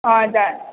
हजुर